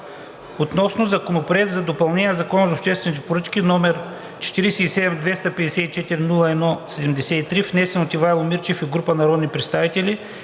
гласуване Законопроект за допълнение на Закона за обществените поръчки, № 47-254-01-73, внесен от Ивайло Мирчев и група народни представители.